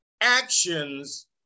actions